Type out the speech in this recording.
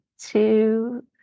two